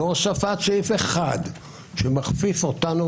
בהוספת סעיף 1 שמכפיף אותנו,